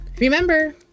Remember